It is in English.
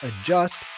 adjust